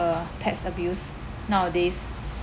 uh pets abuse nowadays